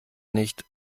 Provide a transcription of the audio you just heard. nicht